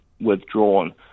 withdrawn